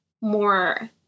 more